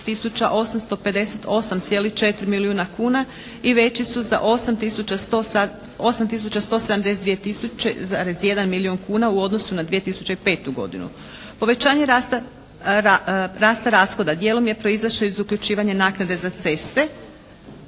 858,4 milijuna kuna i veći su za 8 tisuća 172 tisuće, 1 milijun kuna u odnosu na 2005. godinu. Povećanje rasta rashoda dijelom je proizašlo iz uključivanja naknade za ceste,